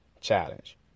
challenge